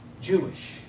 Jewish